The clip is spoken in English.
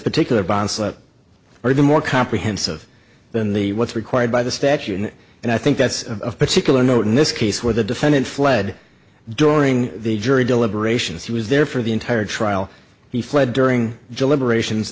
particular bond or even more comprehensive than the what's required by the statute and i think that's of particular note in this case where the defendant fled during the jury deliberations he was there for the entire trial he fled during deliberations